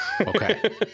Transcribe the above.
Okay